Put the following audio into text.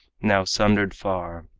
now sundered far,